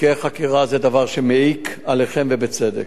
תיקי חקירה זה דבר שמעיק עליכם, ובצדק.